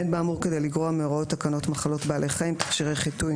אין באמור כדי לגרוע מהוראות תקנות מחלות בעלי חיים (תכשירי חיטוי,